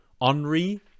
Henri